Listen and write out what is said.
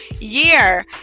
year